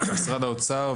משרד האוצר,